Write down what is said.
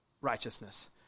righteousness